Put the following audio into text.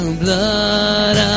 blood